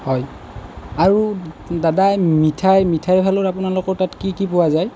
হয় আৰু দাদা মিঠাই মিঠাই ভাল আপোনালোকৰ তাত কি কি পোৱা যায়